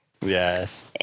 Yes